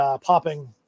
popping